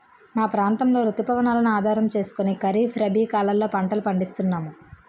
మా ప్రాంతంలో రుతు పవనాలను ఆధారం చేసుకుని ఖరీఫ్, రబీ కాలాల్లో పంటలు పండిస్తున్నాము